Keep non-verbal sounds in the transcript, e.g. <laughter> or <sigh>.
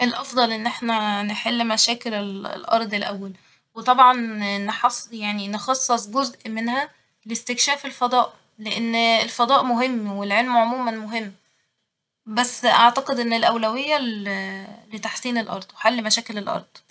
الأفضل ان ااحنا <hesitation> نحل مشاكل ال- <hesitation> الأرض الأول وطبعا نحص- يعني نخصص جزء منها لاستكشاف الفضاء ، لإن <hesitation> الفضاء مهم والعلم عموما مهم ، بس أعتقد إن الأولوية ل- <hesitation> لتحسين الأرض وحل مشاكل الأرض